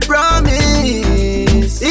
promise